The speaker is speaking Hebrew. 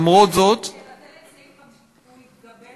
למרות זאת, הוא יתגבר